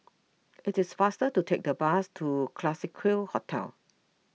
it is faster to take the bus to Classique Hotel